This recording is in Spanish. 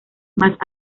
más